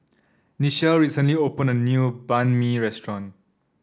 Nichelle recently opened a new Banh Mi restaurant